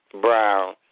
Brown